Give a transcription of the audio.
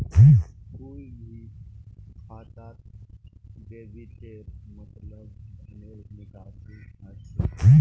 कोई भी खातात डेबिटेर मतलब धनेर निकासी हल छेक